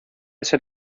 ser